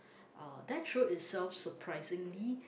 uh that show itself surprisingly